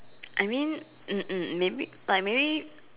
I mean mm mm maybe like maybe